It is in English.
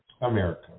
america